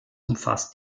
umfasst